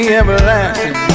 everlasting